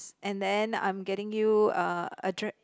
and then I'm getting you uh a